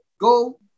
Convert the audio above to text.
Go